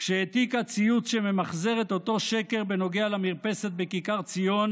כשהעתיקה ציוץ שממחזר את אותו שקר בנוגע למרפסת בכיכר ציון,